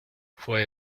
fue